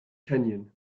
kenyan